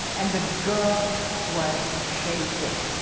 and the girl was shaking.